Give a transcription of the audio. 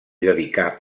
dedicà